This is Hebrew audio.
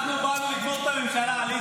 אנחנו באנו לגמור את הממשלה, עליזה.